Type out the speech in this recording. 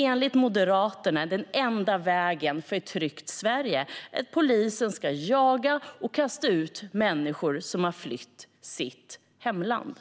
Enligt Moderaterna är den enda vägen till ett tryggt Sverige att polisen ska jaga och kasta ut människor som har flytt sitt hemland.